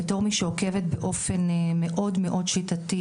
בתור מי שעוקבת באופן מאוד מאוד שיטתי